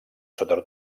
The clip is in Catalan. sota